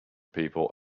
people